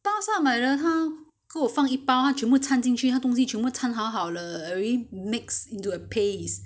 pasar 买的他跟我放一包他全部参进去他东西全部参好好了 already mixed into a paste but if you buy from N_T_U_C is different